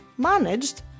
managed